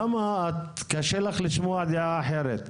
למה קשה לך לשמוע דעה אחרת?